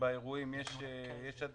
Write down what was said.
שבאירועים יש יותר